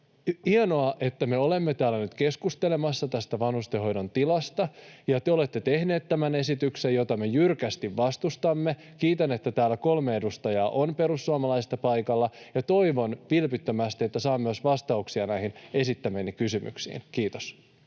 hienoa, että me olemme täällä nyt keskustelemassa tästä vanhustenhoidon tilasta. Te olette tehneet tämän esityksen, jota me jyrkästi vastustamme. Kiitän, että täällä kolme edustajaa on perussuomalaisista paikalla, ja toivon vilpittömästi, että saan myös vastauksia näihin esittämiini kysymyksiin. — Kiitos.